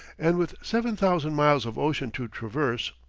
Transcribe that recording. and with seven thousand miles of ocean to traverse.